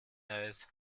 eis